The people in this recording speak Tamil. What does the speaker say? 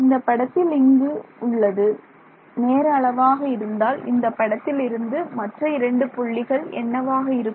இந்தப்படத்தில் இங்கு உள்ளது நேர அளவாக இருந்தால் இந்தப் படத்தில் இருந்து மற்ற இரண்டு புள்ளிகள் என்னவாக இருக்கும்